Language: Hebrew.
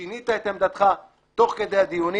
שינית את עמדתך תוך כדי הדיונים.